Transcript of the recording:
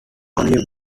only